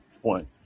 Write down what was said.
one